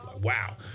wow